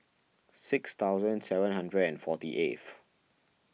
six thousand seven hundred and forty eighth